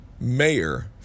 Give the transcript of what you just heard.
mayor